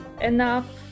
enough